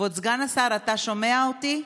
כבוד סגן השר, אתה שומע אותי?